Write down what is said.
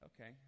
okay